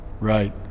Right